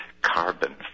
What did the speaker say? carbon